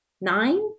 nine